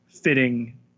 fitting